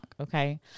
okay